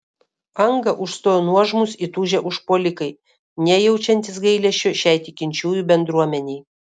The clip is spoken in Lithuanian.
angą užstojo nuožmūs įtūžę užpuolikai nejaučiantys gailesčio šiai tikinčiųjų bendruomenei